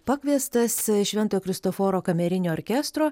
pakviestas šventojo kristoforo kamerinio orkestro